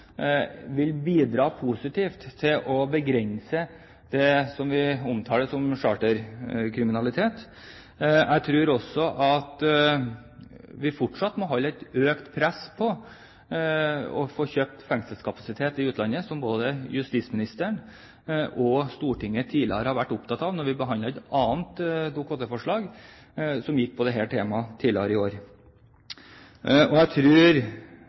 vil bidra positivt til å begrense det vi omtaler som charterkriminalitet. Jeg tror også at vi fortsatt må holde et økt press på å få kjøpt fengselskapasitet i utlandet, som både justisministeren og Stortinget var opptatt av da vi behandlet et Dokument 8-forslag som gikk på dette temaet tidligere i år. Videre kunne jeg